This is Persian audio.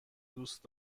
دوست